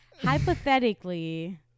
Hypothetically